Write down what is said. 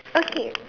okay